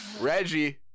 Reggie